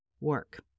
work